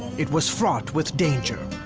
it was fraught with danger.